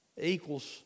equals